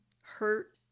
hurt